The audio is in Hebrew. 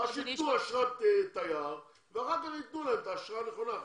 שייתנו אשרת תייר ואחר כך ייתנו להם את האשרה הנכונה,